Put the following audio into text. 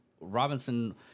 Robinson